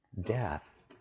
death